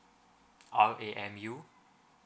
R_A_M_U